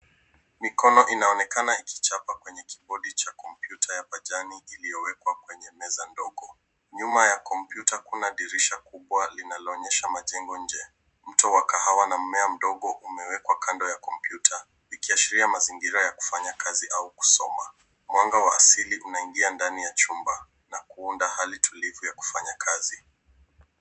Mikono inaonekana ikichapa kwenye kibodi cha kompyuta ya pajani iliyowekwa kwenye meza ndogo. Nyuma ya kompyuta kuna dirisha kubwa linaloonyesha majengo nje. Mto wa kahawa na mmea mdogo umewekwa kando ya kompyuta ikiashiria mazingira ya kufanya kazi au kusoma. Mwanga wa asili unaingia ndani ya chumba na kuunda hali tulivu ya kufanya kazi.